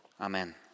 Amen